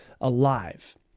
alive